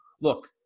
Look